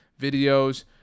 videos